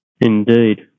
Indeed